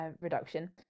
reduction